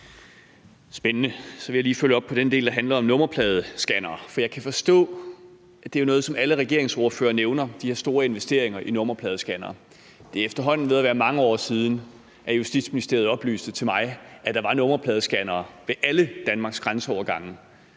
Spændende. Så vil jeg lige følge op på den del, der handler om nummerpladescannere. De her store investeringer i nummerpladescannere er jo noget, som alle regeringsordførere nævner. Det er efterhånden ved at være mange år siden, at Justitsministeriet oplyste til mig, at der var nummerpladescannere ved alle Danmarks grænseovergange.